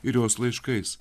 ir jos laiškais